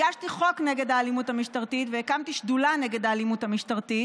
הגשתי חוק נגד האלימות המשטרתית והקמתי שדולה נגד האלימות המשטרתית,